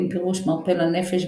עם פירוש "מרפא לנפש",